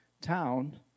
town